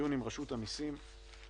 הישיבה נעולה.